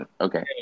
Okay